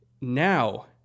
Now